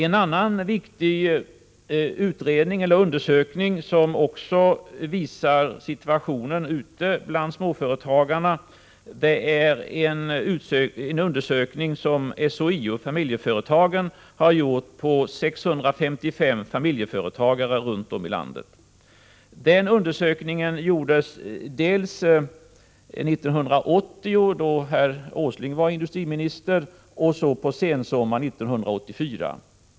En annan viktig undersökning som också visar situationen ute bland småföretagarna är en undersökning som SHIO-Familjeföretagen har gjort av 655 familjeföretagare runt om i landet. Den undersökningen gjordes dels 1980, då herr Åsling var industriminister, dels på sensommaren 1984.